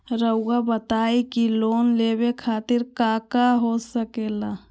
रउआ बताई की लोन लेवे खातिर काका हो सके ला?